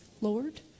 Lord